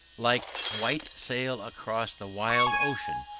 like white sail across the wild ocean,